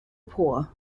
paw